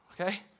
okay